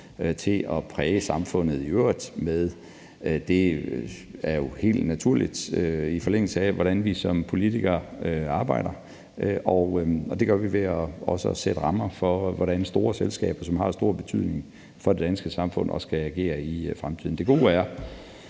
til at præge samfundet i øvrigt med det, er jo helt naturligt, i forlængelse af, hvordan vi som politikere arbejder. Og det gør vi også ved at sætte rammerne for, hvordan store selskaber, som har en stor betydning for det danske samfund, skal agere i fremtiden. Det gode er,